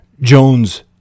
Jones